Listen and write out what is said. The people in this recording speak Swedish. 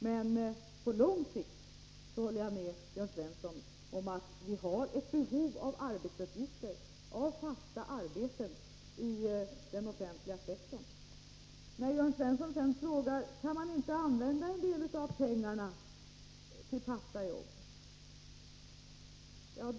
Men på lång sikt håller jag med Jörn Svensson om att vi har ett behov av fasta arbeten i den offentliga sektorn. Jörn Svensson frågar om man inte kan använda en del av pengarna till fasta jobb.